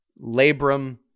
labrum